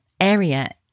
area